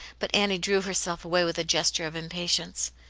but annie drew herself away with a gesture of impatience.